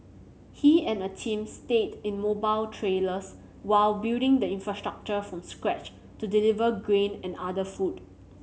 he and a team stayed in mobile trailers while building the infrastructure from scratch to deliver grain and other food